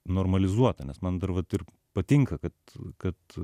normalizuota nes man dar vat ir patinka kad kad